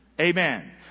Amen